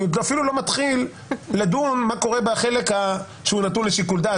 ואני אפילו לא מתחיל לדון במה שקורה בחלק שנתון לשיקול דעת.